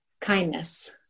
Kindness